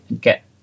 get